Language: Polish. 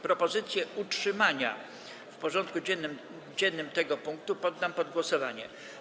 Propozycję utrzymania w porządku dziennym tego punktu poddam pod głosowanie.